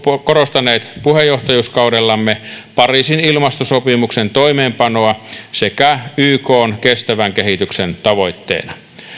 korostaneet puheenjohtajuuskaudellamme pariisin ilmastosopimuksen toimeenpanoa sekä ykn kestävän kehityksen tavoitteita